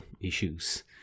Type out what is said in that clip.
issues